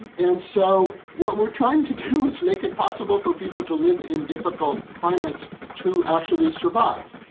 and so what we're trying to do is make it possible for people to live in difficult climates to actually survive.